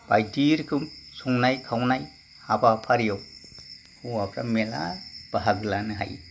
बायदि रोखोम संनाय खावनाय हाबा फारियाव हौवाफ्रा मेरला बाहागो लानो हायो